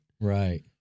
Right